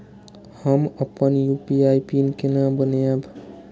हम अपन UPI PIN केना बनैब?